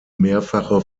mehrfache